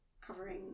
covering